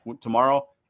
tomorrow